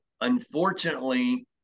unfortunately